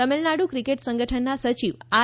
Tamil Nadu cricket સંગઠનના સચિવ R